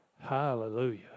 Hallelujah